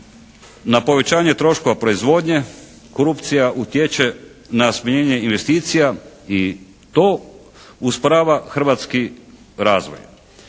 na povećanje troškova proizvodnje, korupcija utječe na smanjenje investicija i to usporava hrvatski razvoj.